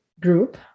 group